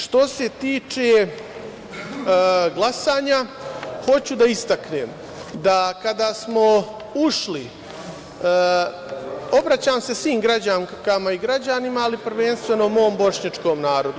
Što se tiče glasanja, hoću da istaknem da kada smo ušli, obraćam se svim građankama i građanima, ali prvenstveno mom bošnjačkom narodu.